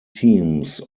teams